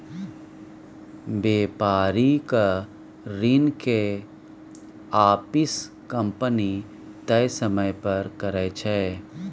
बेपारिक ऋण के आपिस कंपनी तय समय पर करै छै